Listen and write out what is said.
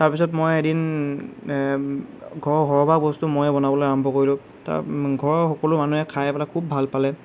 তাৰপিছত মই এদিন ঘৰৰ সৰহভাগ বস্তু ময়েই বনাবলৈ আৰম্ভ কৰিলোঁ তাত ঘৰৰ সকলো মানুহে খাই পেলাই খুব ভাল পালে